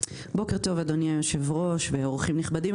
בוקר טוב, אדוני היושב-ראש ואורחים נכבדים.